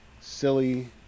silly